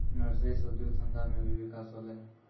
nursery से उद्योग धंधा मे भी बिकास होलै